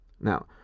Now